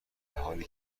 حالی